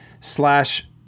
Slash